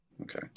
Okay